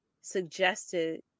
suggested